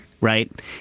right